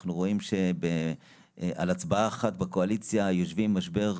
אנחנו רואים שעל הצבעה אחת בקואליציה יושבים עם משבר,